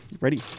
Ready